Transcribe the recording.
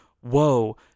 whoa